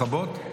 לכבות?